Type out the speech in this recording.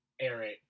Eric